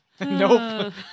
Nope